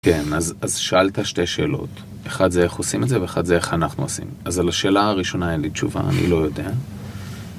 כן, אז שאלת שתי שאלות. אחת זה איך עושים את זה, ואחת זה איך אנחנו עושים. אז על השאלה הראשונה אין לי תשובה, אני לא יודע.